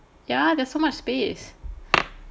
ya there's so much space